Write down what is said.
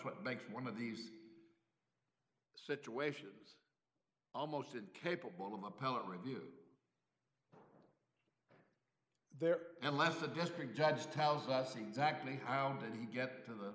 what makes one of these situations almost incapable of appellate review there unless a district judge tells us exactly how did he get to the